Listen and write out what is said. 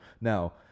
Now